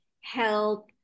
help